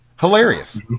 hilarious